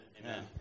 Amen